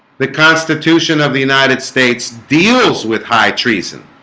the constitution of the united states deals with high treason